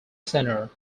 centre